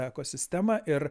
ekosistemą ir